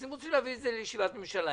הם רוצים להביא את זה לישיבת הממשלה,